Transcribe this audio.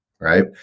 right